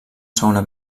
segona